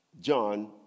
John